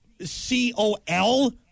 C-O-L